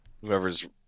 whoever's